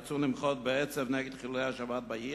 יצאו למחות בעצב נגד חילולי השבת בעיר,